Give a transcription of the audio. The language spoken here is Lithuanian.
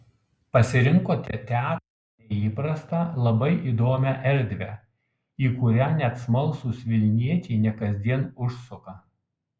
pasirinkote teatrui neįprastą labai įdomią erdvę į kurią net smalsūs vilniečiai ne kasdien užsuka